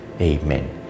amen